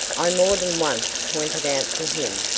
i more than once pointed out to him,